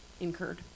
incurred